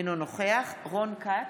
אינו נוכח רון כץ,